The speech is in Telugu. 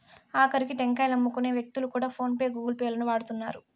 ఆకరికి టెంకాయలమ్ముకునే వ్యక్తులు కూడా ఫోన్ పే గూగుల్ పే లను వాడుతున్నారు